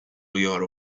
your